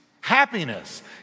happiness